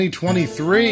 2023